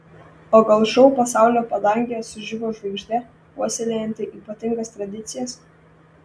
o gal šou pasaulio padangėje sužibo žvaigždė puoselėjanti ypatingas tradicijas